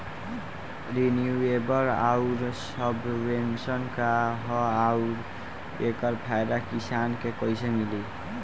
Renewable आउर subvention का ह आउर एकर फायदा किसान के कइसे मिली?